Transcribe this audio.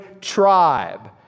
tribe